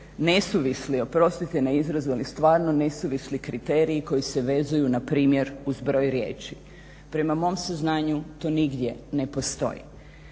nesuvisli, oprostite na izrazu ali stvarno nesuvisli kriteriji koji se vezuju npr. uz broj riječi. Prema mom saznanju to nigdje ne postoji.